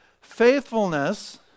Faithfulness